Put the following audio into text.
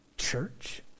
church